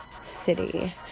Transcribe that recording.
city